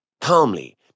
Calmly